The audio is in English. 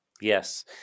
Yes